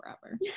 forever